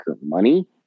money